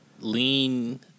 lean